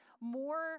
more